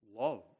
love